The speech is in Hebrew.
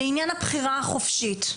לעניין הבחירה החופשית?